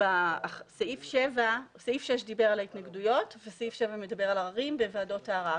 סעיף 6 דיבר על ההתנגדויות וסעיף 7 מדבר על עררים בוועדות הערר.